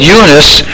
Eunice